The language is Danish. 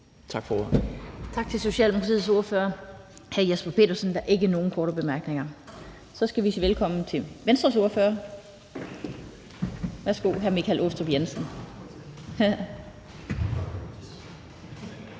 Lind): Tak til Socialdemokratiets ordfører, hr. Jesper Petersen. Der er ikke nogen korte bemærkninger. Så skal vi sige velkommen til Venstres ordfører. Værsgo til hr. Michael Aastrup Jensen.